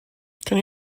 can